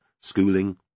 schooling